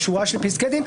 בשורה של פסקי דין.